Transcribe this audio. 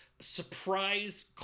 surprise